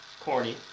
corny